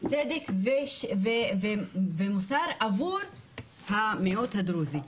צדק ומוסר עבור המיעוט הדרוזי.